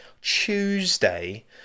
Tuesday